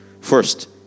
First